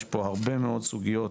יש פה הרבה מאוד סוגיות